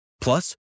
Plus